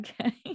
okay